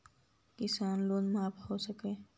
किसान लोन माफ हो सक है?